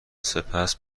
سپس